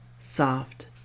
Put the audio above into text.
soft